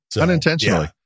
unintentionally